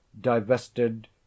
divested